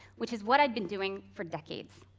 which is what i'd been doing for decades.